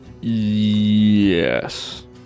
Yes